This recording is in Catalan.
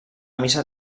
missa